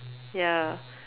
ya